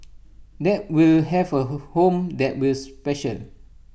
that will have A home that will special